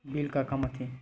Bill का काम आ थे?